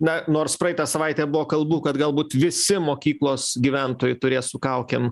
na nors praeitą savaitę buvo kalbų kad galbūt visi mokyklos gyventojai turės su kaukėm